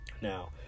Now